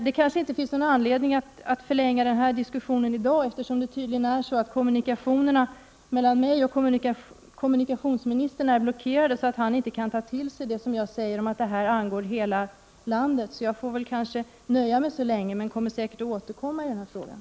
Det kanske inte finns någon anledning att förlänga diskussionen i dag, eftersom kommunikationerna mellan mig och kommunikationsministern tydligen är blockerade, så att han inte kan ta till sig det jag säger om att detta angår hela landet. Jag får nöja mig så länge, men jag återkommer säkert i frågan.